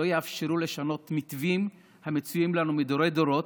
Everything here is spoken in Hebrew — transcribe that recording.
לא יאפשרו לשנות מתווים המצויים לנו מדורי-דורות.